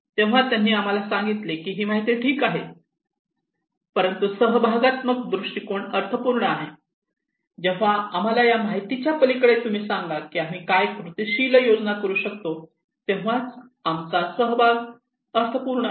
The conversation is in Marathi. तेव्हा त्यांनी आम्हाला सांगितले की ही माहिती ठीक आहे परंतु सहभागात्मक दृष्टिकोन अर्थपूर्ण आहे जेव्हा आम्हाला या माहितीच्या पलीकडे तुम्ही सांगा की आम्ही काय कृतिशील योजना करू शकतो तेव्हाच आमचा सहभाग अर्थपूर्ण आहे